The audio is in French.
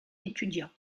étudiant